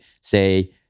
say